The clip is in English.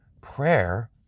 prayer